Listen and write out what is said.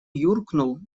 юркнул